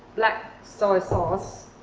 black soy sauce.